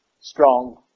strong